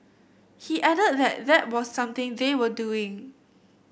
he added that that was something they were doing